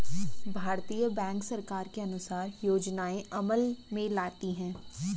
भारतीय बैंक सरकार के अनुसार योजनाएं अमल में लाती है